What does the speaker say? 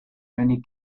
many